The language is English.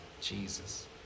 Jesus